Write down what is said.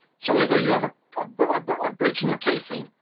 so either you have a but but ah breach in your casing,